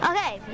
Okay